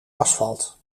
asfalt